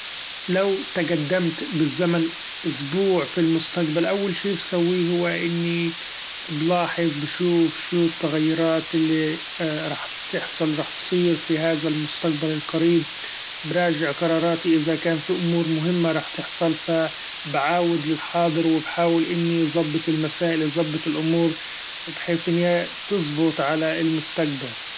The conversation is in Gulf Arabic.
لو تقدمت بالزمن أسبوع في المستقبل ، أول شي بسويه هو إني بلاحظ بشوف شو التغيرات اللي ‹ hesitate › راح تحصل راح تصير في هذا المستقبل القريب ، براچع قراراتي إذا كان في امور مهمة راح تحصل ف بعأود للحاضر وبحأول إني ظبط المسائل ظبط الامور بحيث إن هي تظبط علي المستقبل.